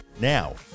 Now